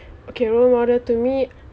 okay role model to me